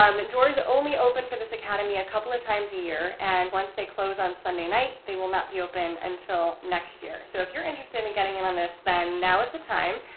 um and doors only open for this academy a couple of times a year and once they close on sunday night they will not be open until next year. so if you're interested in getting in on this then now is the time.